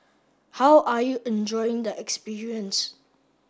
how are you enjoying the experience